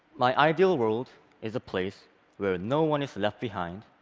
my ideal world is a place where no one is left behind,